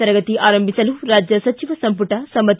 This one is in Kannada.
ತರಗತಿ ಆರಂಭಿಸಲು ರಾಜ್ಯ ಸಚಿವ ಸಂಮಟ ಸಮ್ನತಿ